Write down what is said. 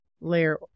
layer